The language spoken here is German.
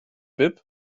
bib